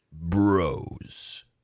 bros